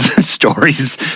stories